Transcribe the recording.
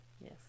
Yes